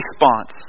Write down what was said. response